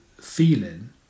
feeling